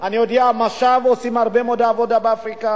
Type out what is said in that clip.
אני יודע שמשהב"ט עושים הרבה עבודה באפריקה,